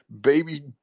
baby –